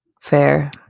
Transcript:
Fair